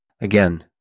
Again